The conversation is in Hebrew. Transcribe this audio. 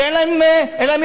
שאין להם יכולת,